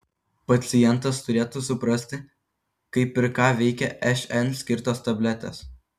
pacientas turėtų suprasti kaip ir ką veikia šn skirtos tabletės